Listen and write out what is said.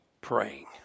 praying